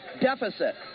deficit